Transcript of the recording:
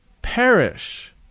Perish